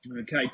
Okay